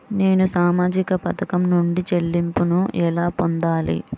నేను సామాజిక పథకం నుండి చెల్లింపును ఎలా పొందాలి?